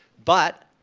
but,